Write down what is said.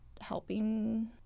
helping